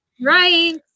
Right